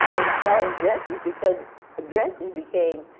in selling dresses, because dresses became